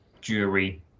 jury